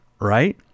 right